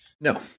No